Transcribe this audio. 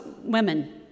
women